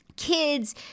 kids